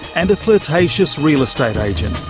and a flirtatious real estate agent.